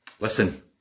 Listen